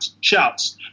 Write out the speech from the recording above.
shouts